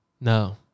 No